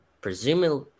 presumably